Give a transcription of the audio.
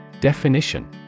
Definition